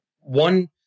one